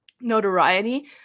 notoriety